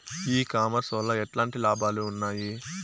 ఈ కామర్స్ వల్ల ఎట్లాంటి లాభాలు ఉన్నాయి?